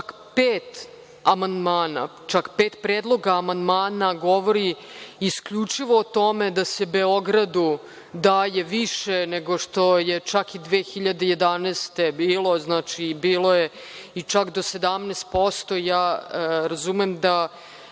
čak pet predloga amandman govori isključivo o tome da se Beogradu daje više nego što je čak 2011. bilo. Znači, bilo je i čak do 17%. Razumem da